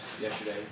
yesterday